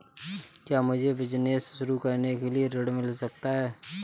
क्या मुझे बिजनेस शुरू करने के लिए ऋण मिल सकता है?